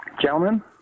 Gentlemen